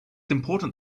important